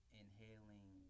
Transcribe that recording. inhaling